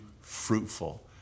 fruitful